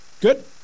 Good